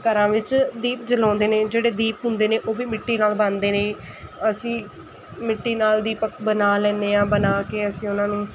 ਘਰਾਂ ਵਿੱਚ ਦੀਪ ਜਲਾਉਂਦੇ ਨੇ ਜਿਹੜੇ ਦੀਪ ਹੁੰਦੇ ਨੇ ਉਹ ਵੀ ਮਿੱਟੀ ਨਾਲ ਬਣਦੇ ਨੇ ਅਸੀਂ ਮਿੱਟੀ ਨਾਲ ਦੀਪਕ ਬਣਾ ਲੈਂਦੇ ਹਾਂ ਬਣਾ ਕੇ ਅਸੀਂ ਉਹਨਾਂ ਨੂੰ